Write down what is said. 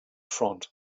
front